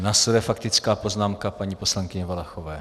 Následuje faktická poznámka paní poslankyně Valachové.